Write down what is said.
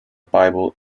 bible